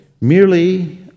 merely